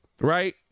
right